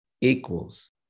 equals